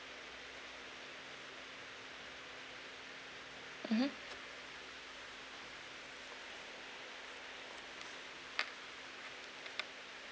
mmhmm